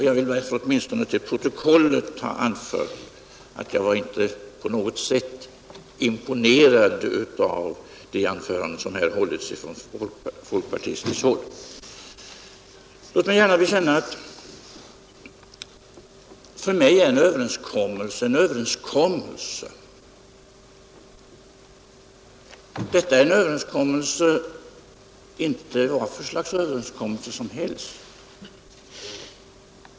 Jag vill åtminstone till protokollet ha anfört att jag inte på något sätt är imponerad av de anföranden som hållits av folkpartiledamöter. Låt mig ge till känna att för mig är en överenskommelse en överenskommelse. Och detta är inte vad slags överenskommelse som helst.